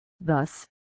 Thus